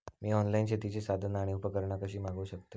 मी online शेतीची साधना आणि उपकरणा कशी मागव शकतय?